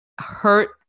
hurt